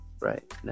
Right